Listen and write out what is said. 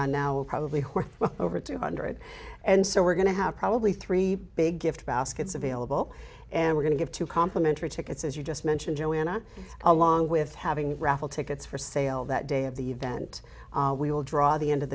on now is probably where over two hundred and so we're going to have probably three big gift baskets available and we're going to give two complimentary tickets as you just mentioned joanna along with having raffle tickets for sale that day of the event we will draw the end of